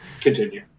continue